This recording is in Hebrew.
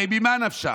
הרי ממה נפשך?